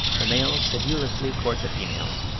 the males sedulously court the females,